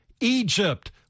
Egypt